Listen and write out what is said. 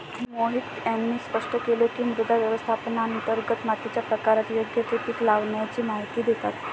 मोहित यांनी स्पष्ट केले की, मृदा व्यवस्थापनांतर्गत मातीच्या प्रकारात योग्य ते पीक लावाण्याची माहिती देतात